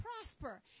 prosper